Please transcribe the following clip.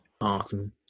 awesome